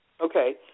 Okay